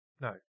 no